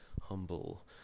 humble